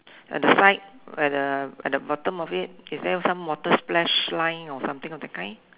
at the side at the at the bottom of it is there some water splash line or something of the kind